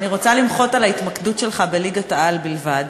על ההתמקדות שלך בליגת-העל בלבד,